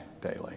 daily